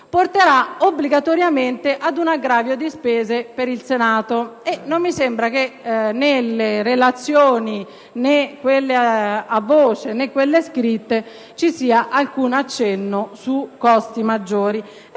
porterà obbligatoriamente ad un aggravio di spese per il Senato e non mi sembra che nelle relazioni - né in quelle a voce, né in quelle scritte - vi sia alcun accenno a maggiori